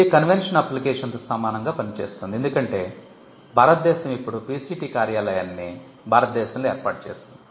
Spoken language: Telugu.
ఇది కన్వెన్షన్ అప్లికేషన్తో సమానంగా పనిచేస్తుంది ఎందుకంటే భారతదేశం ఇప్పుడు PCT కార్యాలయాన్ని భారతదేశంలో ఏర్పాటు చేసింది